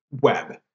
web